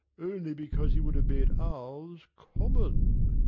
only because he would have made ours common.